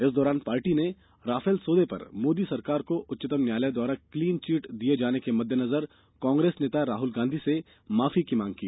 इस दौरान पार्टी ने राफेल सौदे पर मोदी सरकार को उच्चतम न्यायालय द्वारा क्लीन चिट दिए जाने के मद्देनजर कांग्रेस नेता राहुल गांधी से माफी की मांग की